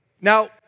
Now